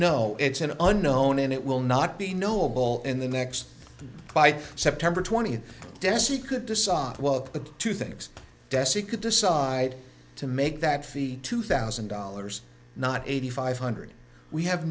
know it's an unknown and it will not be knowable in the next by september twentieth dessie could decide well two things dessie could decide to make that fee two thousand dollars not eighty five hundred we have